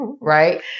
right